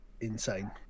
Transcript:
insane